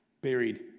buried